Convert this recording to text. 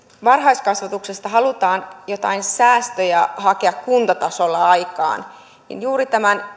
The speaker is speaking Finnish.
varhaiskasvatuksesta halutaan jotain säästöjä hakea kuntatasolla niin juuri tämän